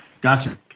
Gotcha